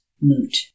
moot